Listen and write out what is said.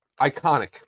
Iconic